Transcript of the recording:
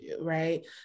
right